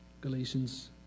Galatians